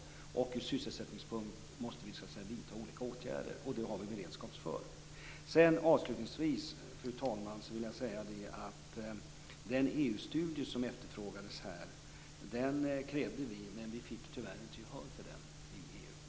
När det gäller sysselsättningen måste vi vidta olika åtgärder, och det har vi beredskap för. Avslutningsvis, fru talman, vill jag säga att vi krävde den EU-studie som efterfrågades här, men tyvärr fick vi inte gehör för det i EU.